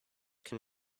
can